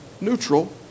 neutral